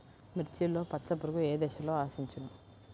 మిర్చిలో పచ్చ పురుగు ఏ దశలో ఆశించును?